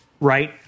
right